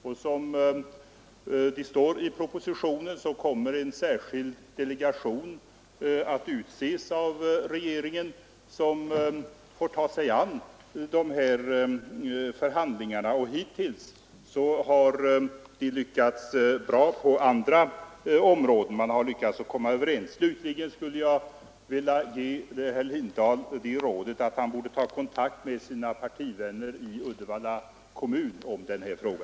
Det sägs i propositionen att regeringen kommer att utse en särskild delegation som får ta sig an dessa förhandlingar. Hittills har man lyckats bra på andra områden — man har lyckats komma överens. Slutligen skulle jag vilja ge herr Lindahl rådet att ta kontakt med sina partivänner i Uddevalla kommun i denna fråga.